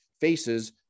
faces